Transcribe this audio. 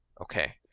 Okay